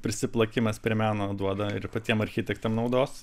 prisiplakimas prie meno duoda ir patiem architektam naudos